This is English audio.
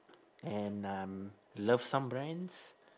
and um love some brands